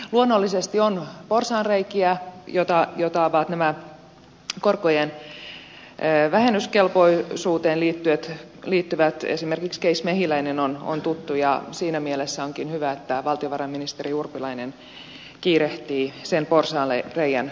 luonnollisesti on porsaanreikiä joita ovat korkojen vähennyskelpoisuuteen liittyvät esimerkiksi case mehiläinen on tuttu ja siinä mielessä onkin hyvä että valtiovarainministeri urpilainen kiirehtii sen porsaanreiän tukkimista